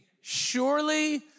Surely